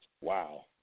Wow